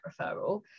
referral